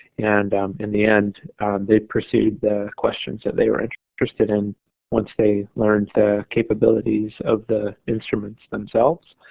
and in the end they pursued the questions that they were interested in once they learned the capabilities of the instruments themselves.